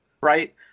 right